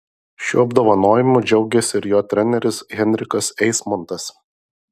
šiuo apdovanojimu džiaugėsi ir jo treneris henrikas eismontas